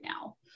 now